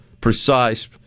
precise